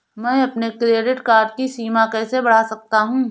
मैं अपने credit card की सीमा कैसे बढ़ा सकता हूँ?